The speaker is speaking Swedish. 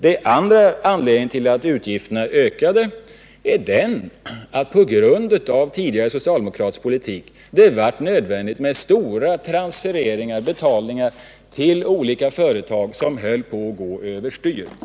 Den andra anledningen till att utgifterna ökade är att det på grund av tidigare socialdemokratisk politik blev nödvändigt med stora transfereringar till olika företag som höll på att gå över styr.